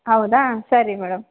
ಹೌದಾ ಸರಿ ಮೇಡಮ್